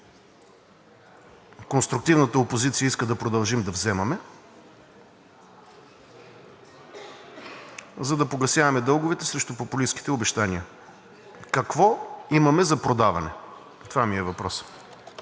конструктивната опозиция иска да продължим да вземаме срещу популистките обещания? Какво имаме за продаване? Това ми е въпросът.